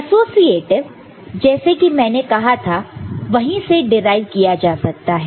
associative जैसे कि मैंने कहा था वहीं से डिराइव किया जा सकता है